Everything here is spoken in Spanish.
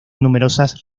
numerosas